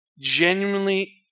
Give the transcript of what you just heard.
genuinely